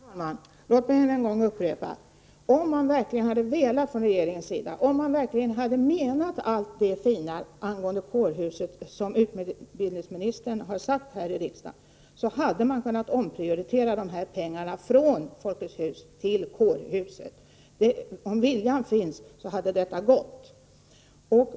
Herr talman! Låt mig än en gång upprepa: Om regeringen verkligen hade menat någonting med allt det fina som utbildningsministern sagt här i riksdagen om kårhuset, hade man kunnat omprioritera dessa pengar från Folkets hus till kårhuset. Om viljan funnits, hade detta gått.